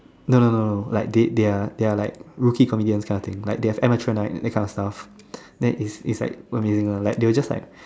no no no no like they they are they are like rookie comedians kind of thing like they have amateur night that kind of stuff then is is like super amazing ah like they will just like